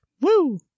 Woo